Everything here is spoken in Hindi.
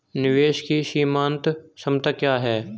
निवेश की सीमांत क्षमता क्या है?